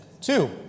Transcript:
Two